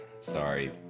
Sorry